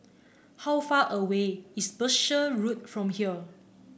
how far away is Berkshire Road from here